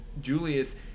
Julius –